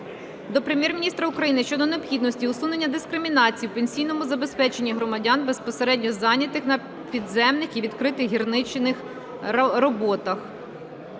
до Прем'єр-міністра України щодо необхідності усунення дискримінації у пенсійному забезпеченні громадян, безпосередньо зайнятих на підземних і відкритих гірничих роботах.